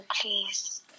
please